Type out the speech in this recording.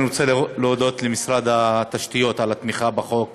אני רוצה להודות למשרד התשתיות על התמיכה בחוק,